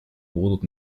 будут